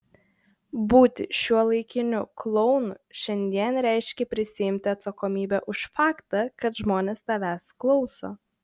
būti šiuolaikiniu klounu šiandien reiškia prisiimti atsakomybę už faktą kad žmonės tavęs klauso